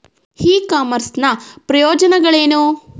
E commerce ನ ಪ್ರಯೋಜನಗಳೇನು?